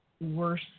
worse